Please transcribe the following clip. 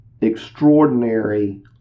Extraordinary